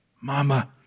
Mama